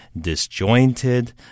disjointed